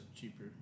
cheaper